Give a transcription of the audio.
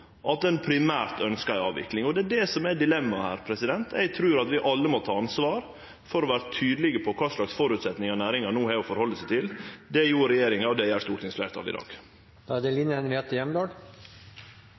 at ein primært ønskjer ei avvikling? Det er det som er dilemmaet her. Eg trur at vi alle må ta ansvar for å vere tydelege på kva slags føresetnader næringa no har å halde seg til. Det gjorde regjeringa, og det gjer stortingsfleirtalet i dag.